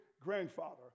grandfather